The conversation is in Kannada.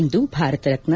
ಇಂದು ಭಾರತರತ್ನ